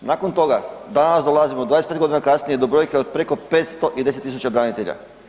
Nakon toga, danas dolazimo, 25 godine kasnije do brojke od preko 510 tisuća branitelja.